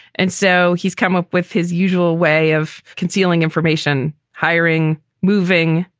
and so he's come up with his usual way of concealing information, hiring, moving.